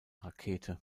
rakete